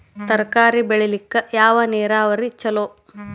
ತರಕಾರಿ ಬೆಳಿಲಿಕ್ಕ ಯಾವ ನೇರಾವರಿ ಛಲೋ?